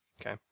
Okay